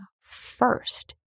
first